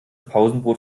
pausenbrot